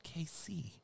KC